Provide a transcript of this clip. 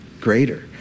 greater